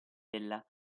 della